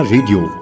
Radio